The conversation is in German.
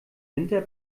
winter